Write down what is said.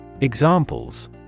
Examples